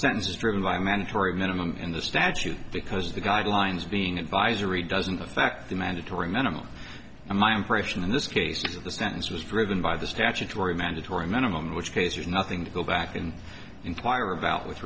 sentence is driven by mandatory minimum in the statute because the guidelines being advisory doesn't affect the mandatory minimum a my impression in this case of the sentence was driven by the statutory mandatory minimum in which case there's nothing to go back and inquire about with